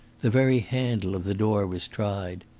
the very handle of the door was tried.